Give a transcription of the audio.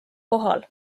kohal